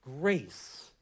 grace